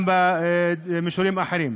גם במישורים האחרים.